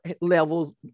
levels